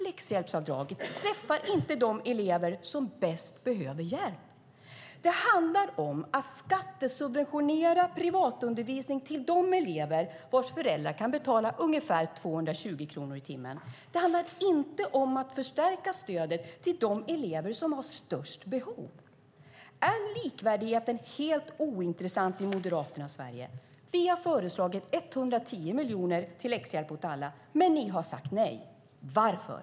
Läxhjälpsavdraget träffar inte de elever som bäst behöver hjälp. Det handlar om att skattesubventionera privatundervisning till de elever vars föräldrar kan betala ungefär 220 kronor i timmen. Det handlar inte om att förstärka stödet till de elever som har störst behov. Är likvärdigheten helt ointressant i Moderaternas Sverige? Vi har föreslagit 110 miljoner kronor till läxhjälp åt alla, men ni har sagt nej. Varför?